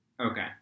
Okay